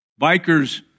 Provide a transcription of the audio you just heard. Bikers